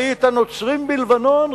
ראי את הנוצרים בלבנון,